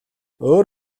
өөр